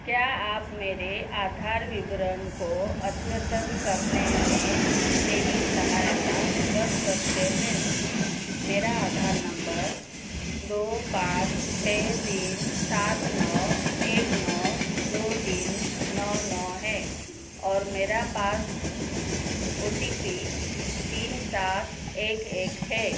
क्या आप मेरे आधार विवरण को अद्यतन करने में मेरी सहायता कर सकते हैं मेरा आधार नम्बर दो पाँच छह तीन सात नौ एक नौ दो तीन नौ नौ है और मेरे पास ओ टी पी तीन सात एक एक है